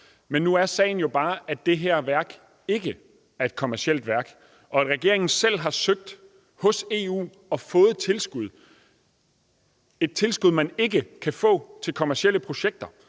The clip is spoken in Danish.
men nu er sagen jo bare, at det her værk ikke er et kommercielt værk, og at regeringen selv har søgt hos EU og fået tilskud – et tilskud, man ikke kan få til kommercielle projekter.